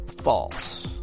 False